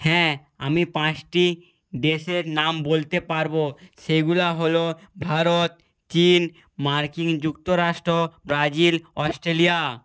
হ্যাঁ আমি পাঁচটি দেশের নাম বলতে পারব সেইগুলো হলো ভারত চীন মার্কিন যুক্তরাষ্ট্র ব্রাজিল অস্ট্রেলিয়া